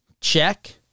check